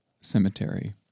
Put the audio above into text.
cemetery